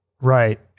Right